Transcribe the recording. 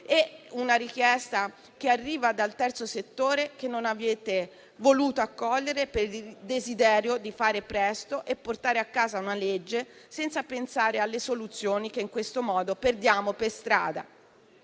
e una richiesta che arriva dal terzo settore che non avete voluto accogliere per il desiderio di fare presto e portare a casa una legge senza pensare alle soluzioni che in questo modo perdiamo per strada.